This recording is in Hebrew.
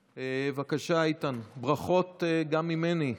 בבקשה, איתן, ברכות גם ממני.